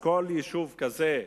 בכל יישוב כזה,